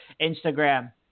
Instagram